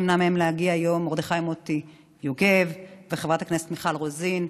נמנע מהם להגיע היום: מרדכי מוטי יוגב וחברת הכנסת מיכל רוזין.